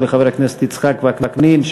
וחבר הכנסת יצחק וקנין,